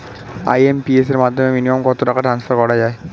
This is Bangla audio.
আই.এম.পি.এস এর মাধ্যমে মিনিমাম কত টাকা ট্রান্সফার করা যায়?